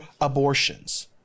abortions